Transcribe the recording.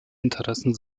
interessen